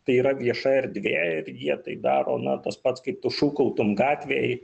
tai yra vieša erdvė ir jie tai daro na tas pats kaip tu šūkautum gatvėj